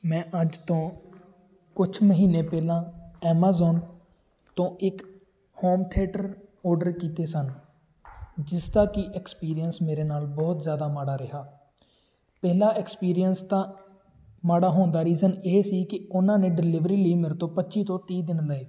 ਮੈਂ ਅੱਜ ਤੋਂ ਕੁਝ ਮਹੀਨੇ ਪਹਿਲਾਂ ਐਮਾਜ਼ੋਨ ਤੋਂ ਇੱਕ ਹੋਮ ਥਿਏਟਰ ਔਰਡਰ ਕੀਤੇ ਸਨ ਜਿਸਦਾ ਕਿ ਐਕਸਪੀਰੀਅੰਸ ਮੇਰੇ ਨਾਲ਼ ਬਹੁਤ ਜ਼ਿਆਦਾ ਮਾੜਾ ਰਿਹਾ ਪਹਿਲਾ ਐਕਸਪੀਰੀਅੰਸ ਦਾ ਮਾੜਾ ਹੋਣ ਦਾ ਰੀਜ਼ਨ ਇਹ ਸੀ ਕਿ ਉਹਨਾਂ ਨੇ ਡਿਲੀਵਰੀ ਲਈ ਮੇਰੇ ਤੋਂ ਪੱਚੀ ਤੋਂ ਤੀਹ ਦਿਨ ਲਏ